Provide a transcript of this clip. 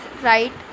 right